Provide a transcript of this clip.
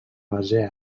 base